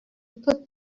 put